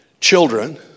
children